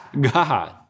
God